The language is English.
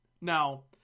now